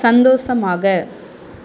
சந்தோஷமாக